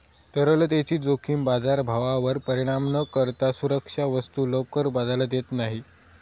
तरलतेची जोखीम बाजारभावावर परिणाम न करता सुरक्षा वस्तू लवकर बाजारात येत नाही